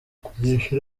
kugisha